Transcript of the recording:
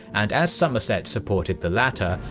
and as somerset supported the latter,